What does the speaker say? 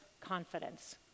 confidence